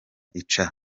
ica